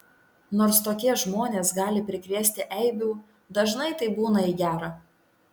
nors tokie žmonės gali prikrėsti eibių dažnai tai būna į gera